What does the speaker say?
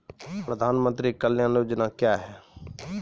प्रधानमंत्री कल्याण योजना क्या हैं?